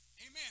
Amen